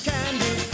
Candy